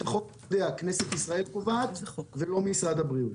את החוק כנסת ישראל קובעת ולא משרד הבריאות.